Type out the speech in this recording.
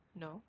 No